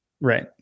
Right